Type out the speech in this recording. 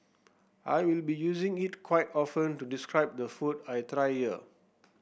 I will be using it quite often to describe the food I try here